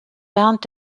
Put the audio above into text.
während